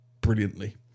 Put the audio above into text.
brilliantly